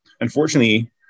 unfortunately